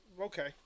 Okay